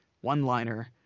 one-liner